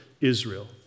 Israel